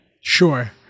Sure